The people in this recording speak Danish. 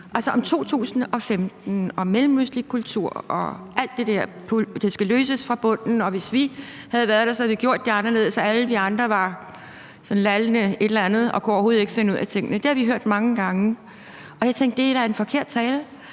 var om 2015, om mellemøstlig kultur og alt det der, og at det skal løses fra bunden, og at man, hvis man havde været der, så havde gjort det anderledes, og at alle de andre sådan var lallende et eller andet og overhovedet ikke kunne finde ud af tingene. Det har vi hørt mange gange, og jeg tænkte, at det da er en forkert tale.